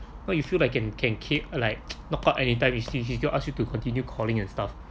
not you feel I can can kee~ like knock out anytime you he still ask you to continue calling and stuff